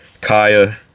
Kaya